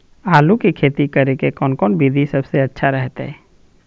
आलू की खेती करें के कौन कौन विधि सबसे अच्छा रहतय?